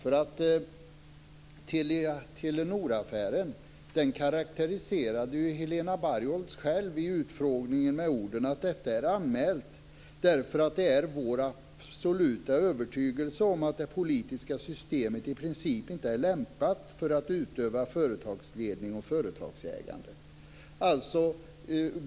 Telia-Telenor-affären karakteriserade Helena Bargholtz själv i utfrågningen med orden: Detta är anmält därför att det är vår absoluta övertygelse att det politiska systemet i princip inte är lämpat för att utöva företagsledning och företagsägande.